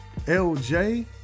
LJ